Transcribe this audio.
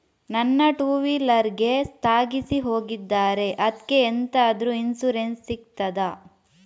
ನನ್ನ ಟೂವೀಲರ್ ಗೆ ತಾಗಿಸಿ ಹೋಗಿದ್ದಾರೆ ಅದ್ಕೆ ಎಂತಾದ್ರು ಇನ್ಸೂರೆನ್ಸ್ ಸಿಗ್ತದ?